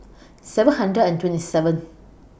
seven hundred and twenty seven